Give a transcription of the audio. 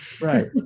Right